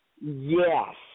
Yes